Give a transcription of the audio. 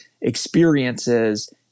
experiences